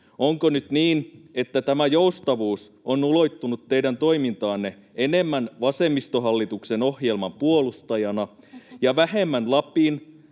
Onko nyt niin, että tämä joustavuus on ulottunut teidän toimintaanne enemmän vasemmistohallituksen ohjelman puolustajana ja vähemmän Lapin,